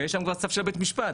ויש גם צו של בית משפט,